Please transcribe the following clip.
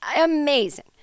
Amazing